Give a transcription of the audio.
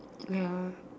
ya